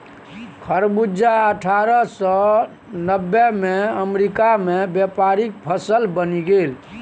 खरबूजा अट्ठारह सौ नब्बेमे अमेरिकामे व्यापारिक फसल बनि गेल